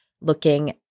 looking